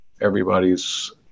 everybody's